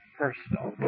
personal